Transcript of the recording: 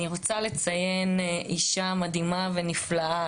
אני רוצה לציין אישה מדהימה ונפלאה,